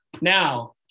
Now